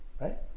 Right